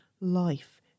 life